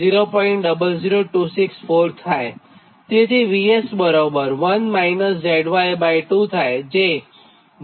તેથી VS બરાબર 1 ZY2 થાય